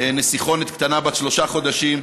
נסיכונת קטנה בת שלושה חודשים.